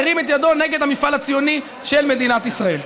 מרים את ידו נגד המפעל הציוני של מדינת ישראל.